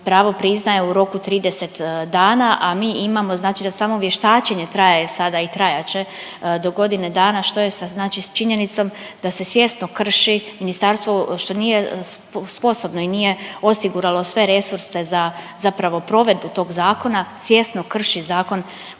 pravo priznaje u roku od 30 dana, a mi imamo znači da samo vještačenje traje sada i trajat će do godine dana. Što je sa znači činjenicom da se svjesno krši ministarstvo što nije sposobno i nije osiguralo sve resurse za zapravo provedbu tog zakona, svjesno krši zakon koji